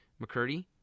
McCurdy